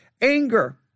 anger